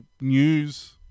news